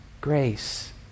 grace